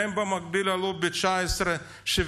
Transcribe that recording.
והם במקביל עלו ב-19.75%.